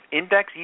index